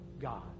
God